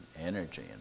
energy